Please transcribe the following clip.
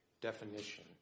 definition